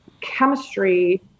chemistry